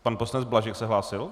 Pan poslanec Blažek se hlásil?